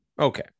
Okay